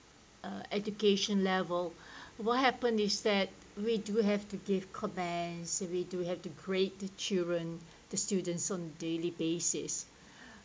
uh education level what happen is that we do have to give comments we do have to grade the children the students on daily basis